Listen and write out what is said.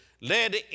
LED